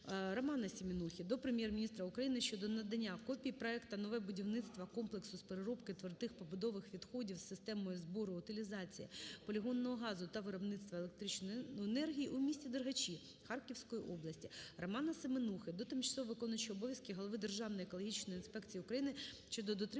Романа Семенухи до Прем'єр-міністра України щодо надання копії проекту "Нове будівництво комплексу з переробки твердих побутових відходів з системою збору, утилізації, полігонного газу та виробництва електричної енергії у місті Дергачі Харківської області". Романа Семенухи до тимчасово виконуючого обов'язки голови Державної екологічної інспекції України щодо дотримання